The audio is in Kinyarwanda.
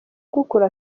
gukura